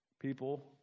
people